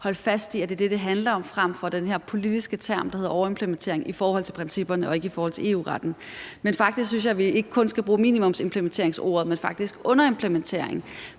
holde fast i, at det er det, det handler om, frem for den her politiske term, der hedder overimplementering, i forhold til principperne og ikke i forhold til EU-retten. Men faktisk synes jeg, at vi ikke kun skal bruge minimumsimplementeringsordet, men underimplementering.